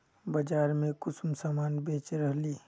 बाजार में कुंसम सामान बेच रहली?